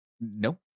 Nope